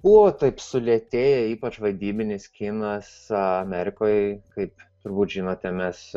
buvo taip sulėtėja ypač vaidybinis kinas amerikoj kaip turbūt žinote mes